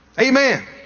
Amen